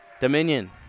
Dominion